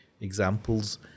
examples